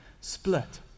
split